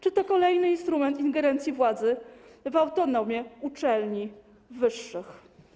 Czy to kolejny instrument ingerencji władzy w autonomię uczelni wyższych?